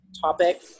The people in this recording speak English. topic